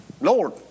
Lord